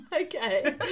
Okay